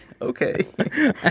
okay